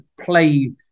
play